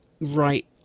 right